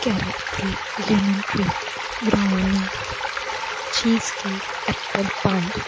carrot cake lemon tree brownie cheese cake apple pie